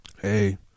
Hey